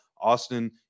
Austin